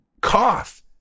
cough